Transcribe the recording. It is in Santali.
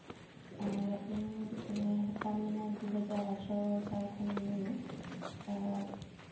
ᱟᱨ ᱤᱧ ᱢᱟᱱᱮ ᱦᱮᱯᱨᱟᱣ ᱢᱤᱱᱟᱹᱧᱟ ᱫᱩ ᱦᱟᱡᱟᱨ ᱟᱴᱷᱨᱚ ᱥᱟᱞ ᱠᱷᱚᱱ ᱢᱤᱱᱟᱹᱧᱟ ᱟᱨ